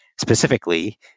specifically